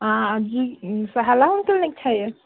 آ جی سُہیلا انکلن چھَ یہ